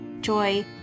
joy